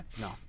No